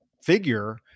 figure